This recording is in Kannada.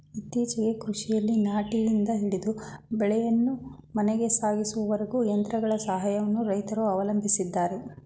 ಇತ್ತೀಚೆಗೆ ಕೃಷಿಯಲ್ಲಿ ನಾಟಿಯಿಂದ ಹಿಡಿದು ಬೆಳೆಯನ್ನು ಮನೆಗೆ ಸಾಧಿಸುವವರೆಗೂ ಯಂತ್ರಗಳ ಸಹಾಯವನ್ನು ರೈತ್ರು ಅವಲಂಬಿಸಿದ್ದಾರೆ